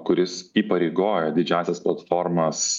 kuris įpareigoja didžiąsias platformas